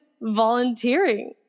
volunteering